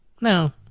No